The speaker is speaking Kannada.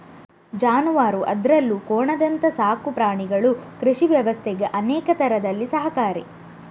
ಜಾನುವಾರು ಅದ್ರಲ್ಲೂ ಕೋಣದಂತ ಸಾಕು ಪ್ರಾಣಿಗಳು ಕೃಷಿ ವ್ಯವಸ್ಥೆಗೆ ಅನೇಕ ತರದಲ್ಲಿ ಸಹಕಾರಿ